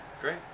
Great